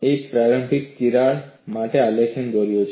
ની પ્રારંભિક તિરાડ લંબાઈ માટે આલેખ દોર્યો છે